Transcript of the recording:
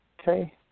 Okay